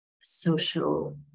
social